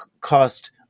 cost